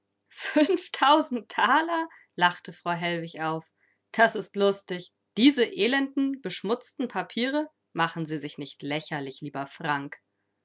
fünftausend thaler lachte frau hellwig auf das ist lustig diese elenden beschmutzten papiere machen sie sich nicht lächerlich lieber frank